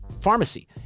pharmacy